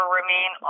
remain